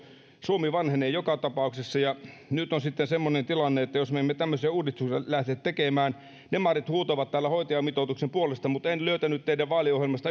suomi vanhenee joka tapauksessa ja nyt on sitten semmoinen tilanne että jos me emme tämmöisiä uudistuksia lähde tekemään demarit huutavat täällä hoitajamitoituksen puolesta mutta en löytänyt teidän vaaliohjelmastanne